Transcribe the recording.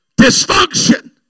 dysfunction